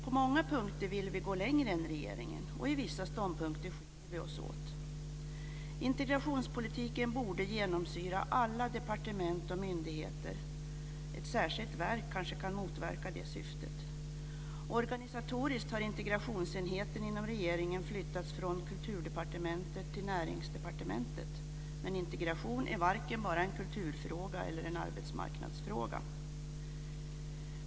På många punkter vill vi gå längre än regeringen, och i vissa ståndpunkter skiljer vi oss åt. Integrationspolitiken borde genomsyra alla departement och myndigheter. Ett särskilt verk kanske kan motverka det syftet. Organisatoriskt har integrationsenheten inom regeringen flyttats från Kulturdepartement till Näringsdepartementet. Men integration är varken bara en kulturfråga eller en arbetsmarknadsfråga.